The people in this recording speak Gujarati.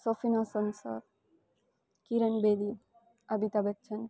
સફીન હાસન સર કિરણ બેદી અમિતાભ બચ્ચન